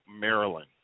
Maryland